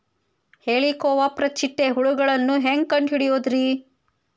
ಹೇಳಿಕೋವಪ್ರ ಚಿಟ್ಟೆ ಹುಳುಗಳನ್ನು ಹೆಂಗ್ ಕಂಡು ಹಿಡಿಯುದುರಿ?